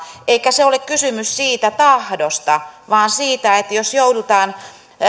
eikä ole kysymys siitä tahdosta vaan siitä että jos joudutaan